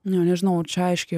nu nežinau ar čia aiškiai